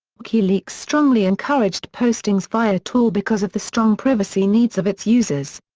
wikileaks strongly encouraged postings via tor because of the strong privacy needs of its users.